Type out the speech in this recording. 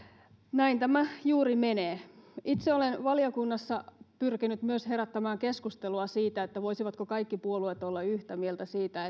näin tämä juuri menee itse olen valiokunnassa pyrkinyt myös herättämään keskustelua nimenomaan siitä voisivatko kaikki puolueet olla yhtä mieltä siitä